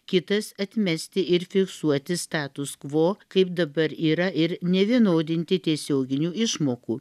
kitas atmesti ir fiksuoti status kvo kaip dabar yra ir nevienodinti tiesioginių išmokų